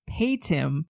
Paytim